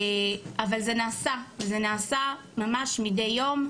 אבל זה נעשה ממש מדי יום,